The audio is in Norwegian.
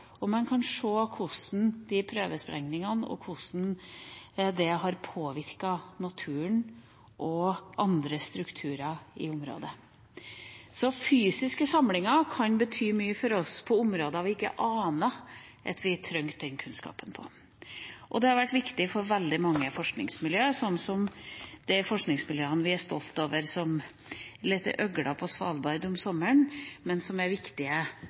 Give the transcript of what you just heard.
og man kan se hvordan prøvesprengningene har påvirket naturen og andre strukturer i området. Så fysiske samlinger kan bety mye for oss på områder vi ikke ante at vi trengte kunnskap om. Dette har vært viktig for veldig mange forskningsmiljøer, som de forskningsmiljøene vi er stolt over, som leter etter øgler på Svalbard om sommeren, men som er viktige